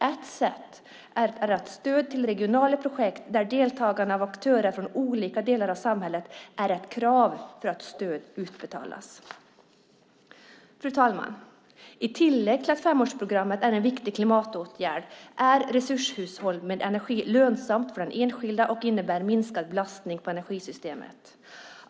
Ett sätt är att kravet för att stöd ska utbetalas till regionala projekt är att deltagarna är aktörer från olika delar av samhället. Fru talman! I tillägg till att femårsprogrammet är en viktig klimatåtgärd är resurshushållning med energi lönsamt för den enskilde och innebär minskad belastning på energisystemet.